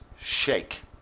Shake